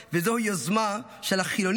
וזוהי יוזמה של החילונים.